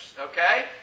okay